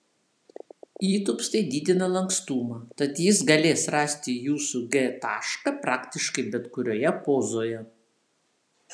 įtūpstai didina lankstumą tad jis galės rasti jūsų g tašką praktiškai bet kurioje pozoje